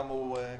כמה הוא אפקטיבי.